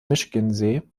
michigansee